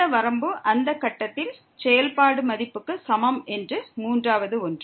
இந்த வரம்பு அந்த கட்டத்தில் செயல்பாடு மதிப்புக்கு சமம் என்ற மூன்றாவது ஒன்று